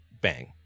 bang